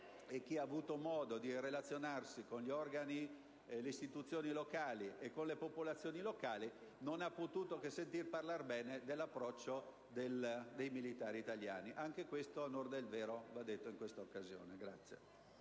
e chi ha avuto modo di relazionarsi con le istituzioni e con le popolazioni locali non ha potuto che sentire parlare bene dell'approccio dei militari italiani. Anche questo, a onor del vero, va ricordato in questa occasione.